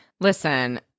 Listen